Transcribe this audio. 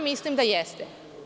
Mislim da jeste.